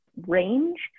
range